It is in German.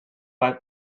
bei